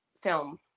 film